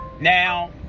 now